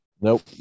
Nope